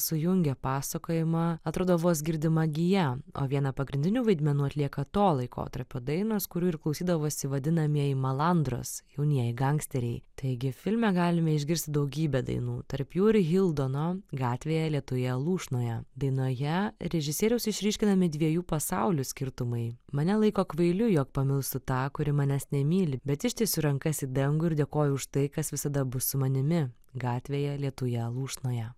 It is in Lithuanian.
sujungia pasakojimą atrodo vos girdima gija o vieną pagrindinių vaidmenų atlieka to laikotarpio dainos kurių ir klausydavosi vadinamieji malandros jaunieji gangsteriai taigi filme galime išgirsti daugybę dainų tarp jų ir hildono gatvėje lietuje lūšnoje dainoje režisieriaus išryškinami dviejų pasaulių skirtumai mane laiko kvailiu jog pamilstu tą kuri manęs nemyli bet ištiesiu rankas į dangų ir dėkoju už tai kas visada bus su manimi gatvėje lietuje lūšnoje